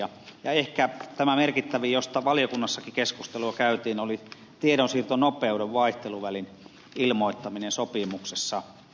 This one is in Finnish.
ja ehkä tämä merkittävin josta valiokunnassakin keskustelua käytiin oli tiedonsiirtonopeuden vaihteluvälin ilmoittaminen sopimuksessa